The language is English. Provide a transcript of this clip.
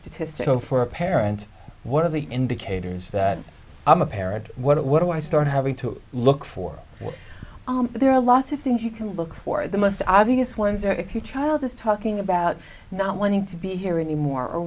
statistic no for a parent one of the indicators that i'm a parent what do i start having to look for there are lots of things you can look for the most obvious ones are if your child is talking about not wanting to be here anymore or